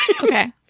Okay